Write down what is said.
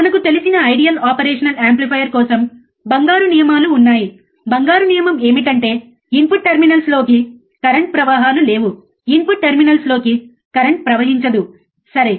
మనకు తెలిసిన ideal operational amplifier కోసం బంగారు నియమాలు ఉన్నాయి బంగారు నియమం ఏమిటంటే ఇన్పుట్ టెర్మినల్స్ లోకి కరెంట్ ప్రవాహాలు లేవు ఇన్పుట్ టెర్మినల్స్ లోకి కరెంట్ ప్రవహించదు సరే